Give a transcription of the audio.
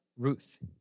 Ruth